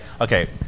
okay